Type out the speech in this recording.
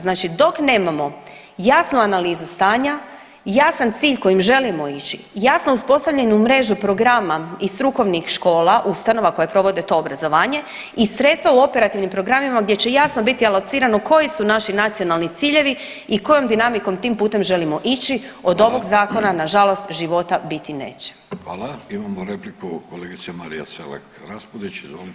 Znači, dok nemamo jasnu analizu stanja, jasan cilj kojim želimo ići, jasno uspostavljenu mrežu programa i strukovnih škola, ustanova koje provode to obrazovanje i sredstva u operativnim programima gdje će jasno biti alocirano koji su naši nacionalni ciljevi i kojom dinamikom tim putem želimo ići od ovoga zakona na žalost života biti neće.